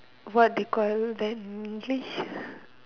what they call that in English